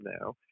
now